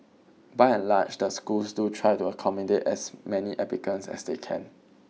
by and large the schools do try to accommodate as many applicants as they can